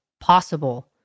possible –